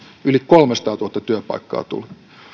yli kolmesataatuhatta työpaikkaa tuli